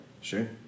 Sure